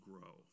Grow